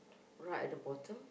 right at the bottom